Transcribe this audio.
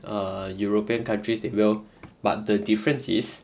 err european countries they will but the difference is